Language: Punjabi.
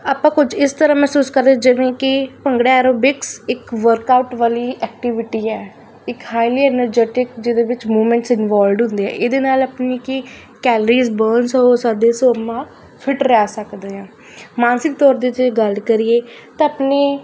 ਆਪਾਂ ਕੁਝ ਇਸ ਤਰ੍ਹਾਂ ਮਹਿਸੂਸ ਕਰਦੇ ਜਿਵੇਂ ਕਿ ਭੰਗੜਾ ਐਰੋਬਿਕਸ ਇੱਕ ਵਰਕਆਊਟ ਵਾਲੀ ਐਕਟੀਵਿਟੀ ਹੈ ਇਕ ਹਾਈਲੀ ਐਨਜਰਟਿਕ ਜਿਹਦੇ ਵਿੱਚ ਮੂਮੈਂਟਸ ਇਨਵੋਲਵਡ ਹੁੰਦੇ ਆ ਇਹਦੇ ਨਾਲ ਆਪਣੀ ਕਿ ਕੈਲੋਰੀਜ ਬਰਨਸ ਹੋ ਸਕਦੀਆਂ ਸੋਮਾ ਫਿਟ ਰਹਿ ਸਕਦੇ ਹਾਂ ਮਾਨਸਿਕ ਤੌਰ 'ਤੇ ਜੇ ਗੱਲ ਕਰੀਏ ਤਾਂ ਆਪਣੇ